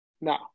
No